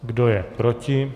Kdo je proti?